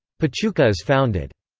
pachuca is founded.